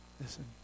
Listen